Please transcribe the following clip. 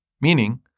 Meaning